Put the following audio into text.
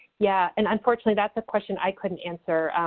yeah. and unfortunately, that's a question i couldn't answer.